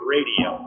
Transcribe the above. Radio